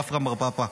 רפרם בר פפא,